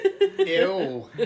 Ew